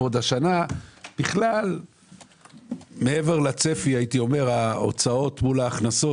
והשנה בכלל מעבר לצפי ההוצאות מול ההכנסות,